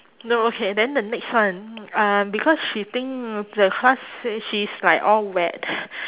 no okay then the next one uh because she think the class say she is like all wet